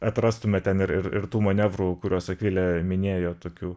atrastume ten ir ir ir tų manevrų kuriuos akvilė minėjo tokių